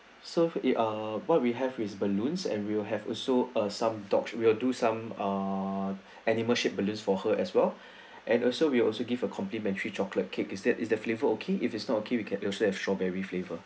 so uh what we have is balloons and we'll have also ah some dog~ will do some ah animal shaped balloons for her as well and also we also give a complimentary chocolate cake is that is the flavour okay if it's not okay we also have strawberry flavor